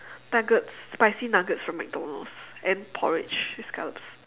nuggets spicy nuggets from mcdonald's and porridge with scallops